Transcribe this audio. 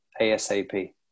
ASAP